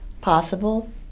possible